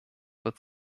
wird